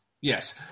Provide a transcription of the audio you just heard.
yes